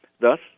Thus